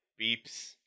beeps